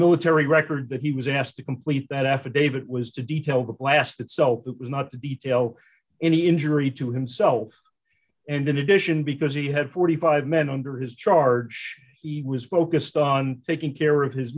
military record that he was asked to complete that affidavit was to detail the blast itself that was not to detail any injury to himself and in addition because he had forty five dollars men under his charge he was focused on taking care of his